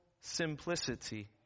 simplicity